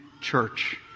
church